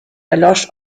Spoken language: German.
erlosch